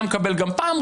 היה מקבל גם פעם,